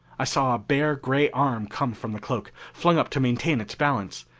i saw a bare gray arm come from the cloak, flung up to maintain its balance.